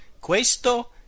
Questo